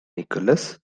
nicholas